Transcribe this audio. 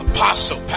Apostle